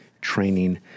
training